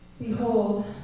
Behold